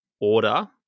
order